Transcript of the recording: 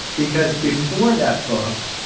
because before that book,